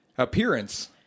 Appearance